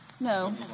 no